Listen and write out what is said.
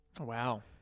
Wow